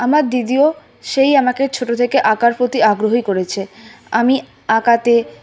আমার দিদিও সেই আমাকে ছোট থেকে আঁকার প্রতি আগ্রহী করেছে আমি আঁকাতে